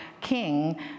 king